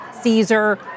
Caesar